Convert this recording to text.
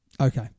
okay